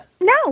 No